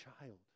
child